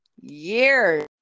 years